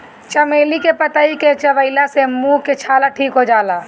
चमेली के पतइ के चबइला से मुंह के छाला ठीक हो जाला